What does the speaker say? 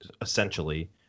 essentially